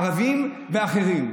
ערבים ואחרים.